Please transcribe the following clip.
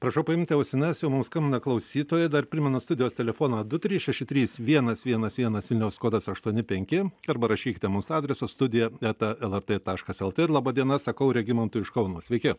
prašau paimti ausines jau mums skambina klausytojai dar primenu studijos telefoną du trys šeši trys vienas vienas vienas vilniaus kodas aštuoni penki arba rašykite mums adresu studija eta lrt taškas lt ir laba diena sakau regimantui iš kauno sveiki